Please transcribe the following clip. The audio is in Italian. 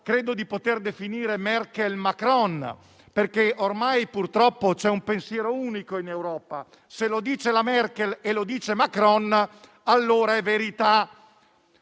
credo di poter definire Merkel-Macron, perché ormai purtroppo c'è un pensiero unico in Europa: se lo dice la Merkel e lo dice Macron, allora è verità.